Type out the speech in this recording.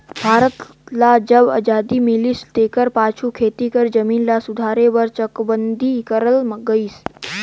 भारत ल जब अजादी मिलिस तेकर पाछू खेती कर जमीन ल सुधारे बर चकबंदी करल गइस